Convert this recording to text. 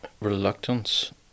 reluctance